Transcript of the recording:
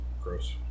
Gross